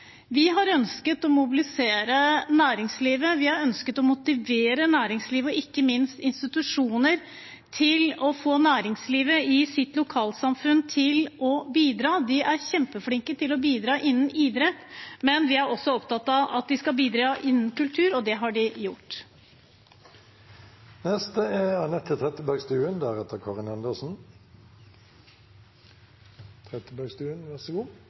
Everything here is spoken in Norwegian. Vi har ønsket å mobilisere næringslivet, vi har ønsket å motivere næringslivet og ikke minst institusjoner til å få næringslivet i sitt lokalsamfunn til å bidra. De er kjempeflinke til å bidra innen idrett, men vi er også opptatt av at de skal bidra innen kultur, og det har de gjort. Som en litt samlende kommentar til mange av innleggene fra posisjonen i dag er